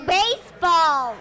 baseball